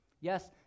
Yes